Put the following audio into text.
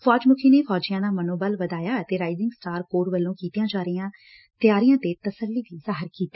ਫੌਜ ਮੁੱਖੀ ਨੇ ਫੌਜੀਆਂ ਦਾ ਮਨੋਬਲ ਵਧਾਇਆ ਅਤੇ ਰਾਇਜੰਗ ਸਟਾਰ ਕੋਰ ਵੱਲੋਂ ਕੀਂਡੀਆਂ ਤਿਆਰੀਆਂ ਤੇ ਤਸੱਲੀ ਜਾਹਿਰ ਕੀਡੀ